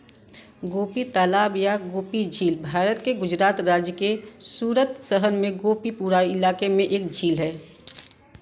गोपी तालाब या गोपी झील भारत के गुजरात राज्य के सूरत शहर में गोपीपुरा इलाके में एक झील है